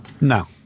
No